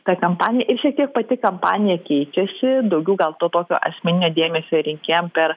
ta kampanija ir šiek tiek pati kampanija keičiasi daugiau gal to tokio asmeninio dėmesio ir rinkėjam per